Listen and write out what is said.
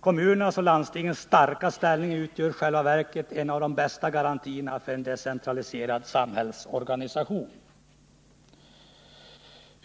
Kommunernas och landstingens starka ställning utgör i själva verket en av de bästa garantierna för en decentraliserad samhällsorganisation.